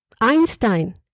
Einstein